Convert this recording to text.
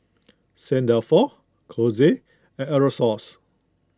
Saint Dalfour Kose and Aerosoles